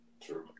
True